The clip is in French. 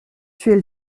tuer